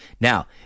Now